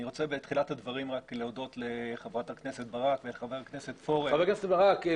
אני רוצה בתחילת הדברים להודות לחברת הכנסת ברק ולחבר הכנסת פורר שאתם